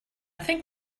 think